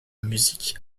musique